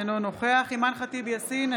אינו נוכח אימאן ח'טיב יאסין,